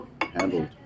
handled